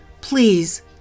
please